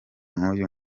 n’uyu